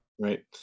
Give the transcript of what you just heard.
Right